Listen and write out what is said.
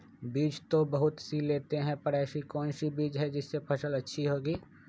बीज तो बहुत सी लेते हैं पर ऐसी कौन सी बिज जिससे फसल अच्छी होगी?